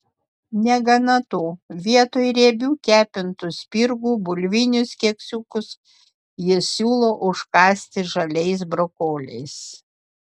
negana to vietoj riebių kepintų spirgų bulvinius keksiukus jis siūlo užkąsti žaliais brokoliais